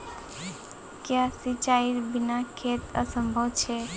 क्याँ सिंचाईर बिना खेत असंभव छै?